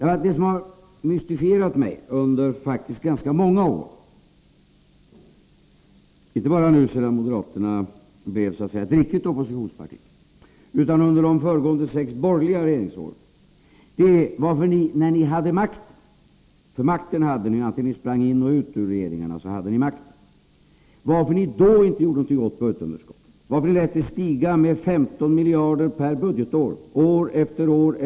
Vad som har mystifierat mig under ganska många år — inte bara nu sedan moderaterna så att säga blivit ett riktigt oppositionsparti, utan också under de föregående sex borgerliga regeringsåren — är varför ni inte, när ni hade makten, för den hade ni oavsett om ni sprang in eller ut i regeringarna, gjorde någonting åt budgetunderskottet, varför ni lät det stiga med 15 miljarder per budgetår år efter år.